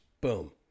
boom